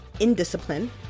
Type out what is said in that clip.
Indiscipline